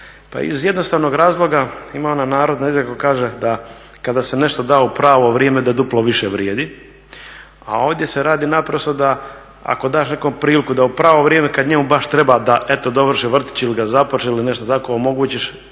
iz jednostavnog razloga, ima ona narodna izreka koja kaže da kada se nešto da u pravo vrijeme da duplo više vrijedi. A ovdje se radi naprosto da ako daš nekom priliku da u pravo vrijeme kada njemu baš treba da eto dovrši vrtić ili ga započne ili nešto tako, omogućiš